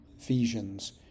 Ephesians